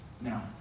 Now